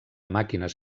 màquines